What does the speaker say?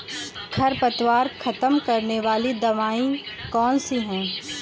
खरपतवार खत्म करने वाली दवाई कौन सी है?